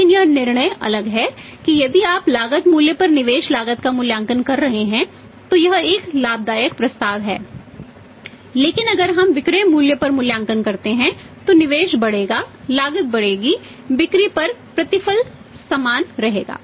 लेकिन यह निर्णय अलग है कि यदि आप लागत मूल्य पर निवेश लागत का मूल्यांकन कर रहे हैं तो यह एक लाभदायक प्रस्ताव है लेकिन अगर हम विक्रय मूल्य का मूल्यांकन करते हैं तो निवेश बढ़ेगा लागत बढ़ेगी बिक्री पर प्रतिफल समान रहेगा